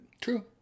True